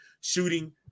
shooting